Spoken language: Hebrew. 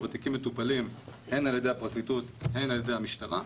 התיקים מטופלים הן על ידי הפרקליטות והן על ידי המשטרה.